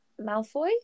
Malfoy